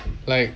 like